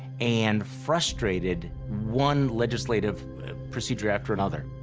and frustrated one legislative procedure after another.